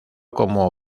como